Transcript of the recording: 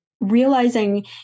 realizing